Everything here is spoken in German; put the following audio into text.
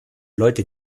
leute